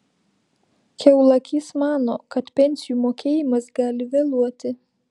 kiaulakys mano kad pensijų mokėjimas gali vėluoti